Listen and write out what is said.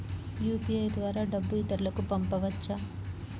UPI ద్వారా డబ్బు ఇతరులకు పంపవచ్చ?